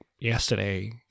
yesterday